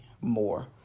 more